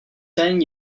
ten